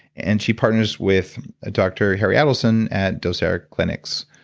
and she partners with ah dr harry adelson at docere clinics.